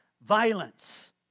violence